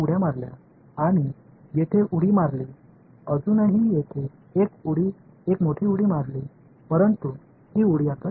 எனவே என்னால் செயல்பாட்டை சிறப்பாக மதிப்பிட முடிகிறது இந்த N இருபதுக்கு சமம்